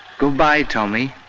goodbye, tommy.